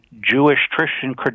Jewish-Christian